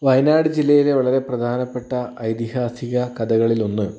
വയനാട് ജില്ലയിലെ വളരെ പ്രധാനപ്പെട്ട ഐതിഹാസിക കഥകളിലൊന്ന്